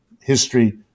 history